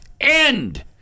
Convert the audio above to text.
end